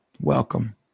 Welcome